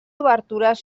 obertures